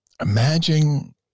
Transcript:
imagine